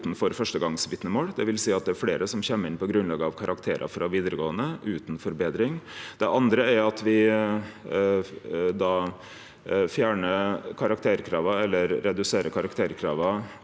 kvoten for førstegangsvitnemål, dvs. at det er fleire som kjem inn på grunnlag av karakterar frå vidaregåande, utan forbetring. Det andre er at vi fjernar eller reduserer karakterkrava